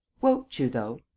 won't you, though?